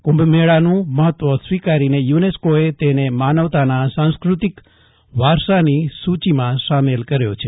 કુંભ મેળાનું મહત્વ સ્વીકારીને યુનેસ્કોએ તેને માનવતાના સાસ્કૃતિક વારસાની સુચિમાં સામેલ કર્યો છે